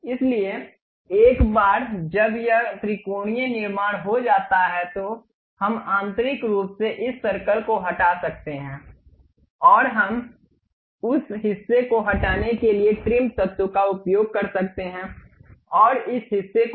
इसलिए एक बार जब यह त्रिकोणीय निर्माण हो जाता है तो हम आंतरिक रूप से इस सर्कल को हटा सकते हैं और हम उस हिस्से को हटाने के लिए ट्रिम तत्त्व का उपयोग कर सकते हैं और इस हिस्से को भी